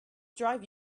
drive